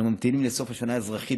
אנו ממתינים לסוף השנה האזרחית,